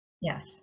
Yes